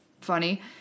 funny